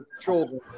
children